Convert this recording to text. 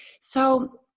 So-